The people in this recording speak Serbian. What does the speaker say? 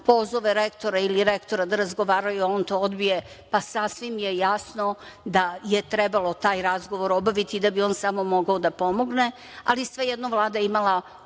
pozove rektora da razgovaraju, a on to odbije, pa sasvim je jasno da je trebalo taj razgovor obaviti, da bi on samo mogao da pomogne. Ali svejedno, Vlada je imala